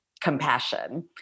compassion